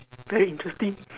very interesting